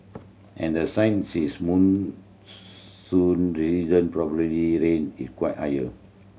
and since it's monsoon season probably rain is quite higher